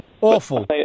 Awful